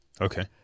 Okay